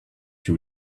she